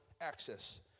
access